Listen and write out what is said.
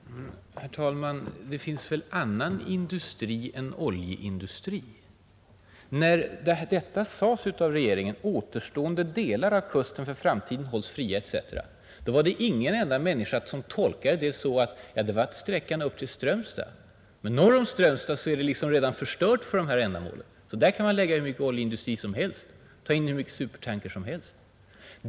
Herr talman! Det finns väl annan industri än oljeindustri för Bohuskusten. När det sades av regeringen att ”återstående delar av kusten för framtiden hålls fria” m.m. var det väl ingen enda människa som tolkade det så, att det gällde sträckan upp till Strömstad men att sträckan norr om Strömstad redan är förstörd, att där kan man lägga hur mycket oljeindustri som helst, ta in vilka supertankers som helst.